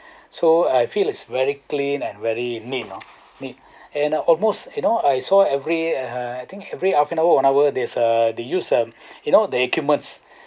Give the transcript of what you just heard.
so I feel it's very clean and very neat hor neat and uh almost you know I saw every I think every half an hour or one hour there's uh they use mm you know the equipments